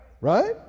Right